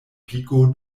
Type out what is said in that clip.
piko